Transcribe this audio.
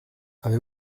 avez